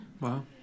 Wow